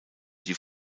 die